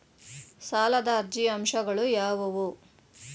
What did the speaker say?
ಸಾಲದ ಅರ್ಜಿಯ ಅಂಶಗಳು ಯಾವುವು?